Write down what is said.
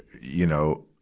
you know,